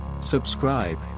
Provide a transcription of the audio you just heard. Subscribe